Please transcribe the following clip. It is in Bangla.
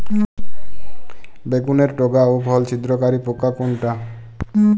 বেগুনের ডগা ও ফল ছিদ্রকারী পোকা কোনটা?